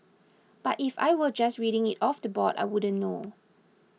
but if I were just reading it off the board I wouldn't know